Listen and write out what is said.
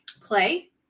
play